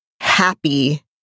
happy